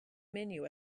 menu